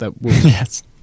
Yes